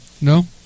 No